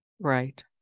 Right